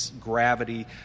gravity